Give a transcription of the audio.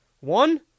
One